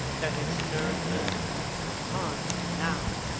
that had stirred him at the time, and now,